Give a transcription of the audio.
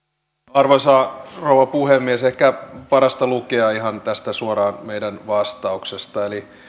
arvoisa rouva puhemies ehkä parasta lukea ihan suoraan tästä meidän vastauksestamme eli